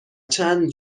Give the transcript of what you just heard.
چند